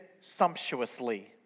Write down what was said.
sumptuously